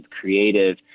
creative